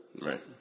Right